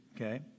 okay